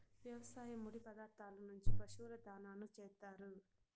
వ్యవసాయ ముడి పదార్థాల నుంచి పశువుల దాణాను చేత్తారు